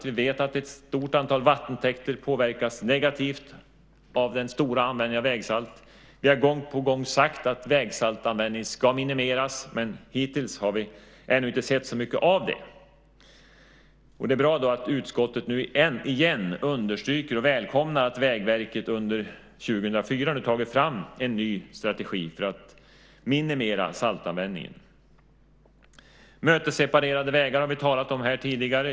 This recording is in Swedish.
Vi vet att ett stort antal vattentäkter påverkas negativt av den stora användningen av vägsalt. Vi har gång på gång sagt att vägsaltsanvändningen ska minimeras, men vi har hittills inte sett så mycket av det. Det är bra att utskottet återigen understryker detta och välkomnar att Vägverket under 2004 har antagit en ny strategi för att minimera saltanvändningen. Mötesseparerade vägar har vi talat om tidigare.